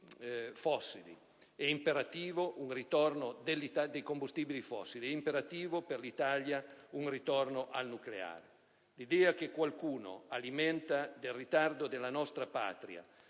fossili. È imperativo un ritorno dell'Italia al nucleare. L'idea che qualcuno alimenta del ritardo della nostra Patria